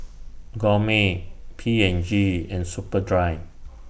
Gourmet P and G and Superdry